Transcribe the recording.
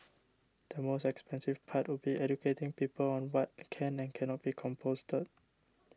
the most expensive part would be educating people on what can and cannot be composted